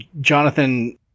Jonathan